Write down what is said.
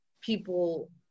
people